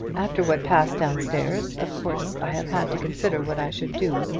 after what passed down-stairs, of course i have had to consider what i should do.